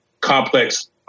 complex